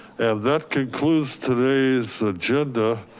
that concludes today's agenda.